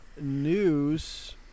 News